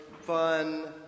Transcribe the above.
fun